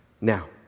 Now